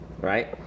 Right